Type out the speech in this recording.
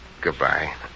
Goodbye